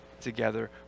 together